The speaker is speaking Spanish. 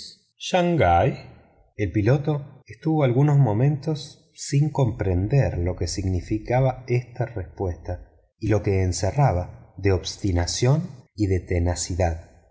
shangai el piloto estuvo algunos momentos sin comprender lo que significaba esta respuesta y lo que encerraba de obstinación y de tenacidad